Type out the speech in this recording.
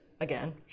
again